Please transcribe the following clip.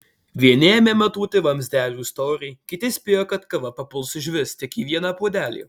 vieni ėmė matuoti vamzdelių storį kiti spėjo kad kava papuls išvis tik į vieną puodelį